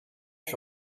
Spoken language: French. fut